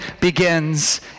begins